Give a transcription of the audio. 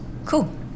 Cool